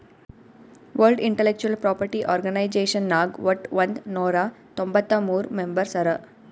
world intellectual property organization ನಾಗ್ ವಟ್ ಒಂದ್ ನೊರಾ ತೊಂಬತ್ತ ಮೂರ್ ಮೆಂಬರ್ಸ್ ಹರಾ